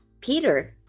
Peter